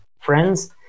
Friends